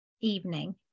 evening